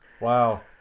wow